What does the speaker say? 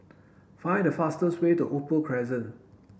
Find the fastest way to Opal Crescent